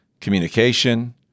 communication